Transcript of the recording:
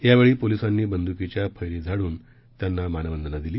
यावेळी पोलिसांनी बंदूकीच्या फैरी झाडून त्यांना मानवंदना दिली